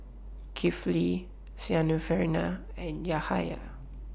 Kifli Syarafina and Yahaya